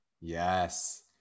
Yes